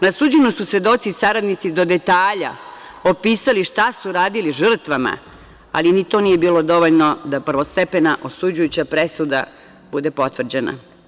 Na suđenju su svedoci saradnici do detalja opisali šta su radili žrtvama, ali ni to nije bilo dovoljno da prvostepena osuđujuća presuda bude potvrđena.